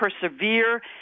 persevere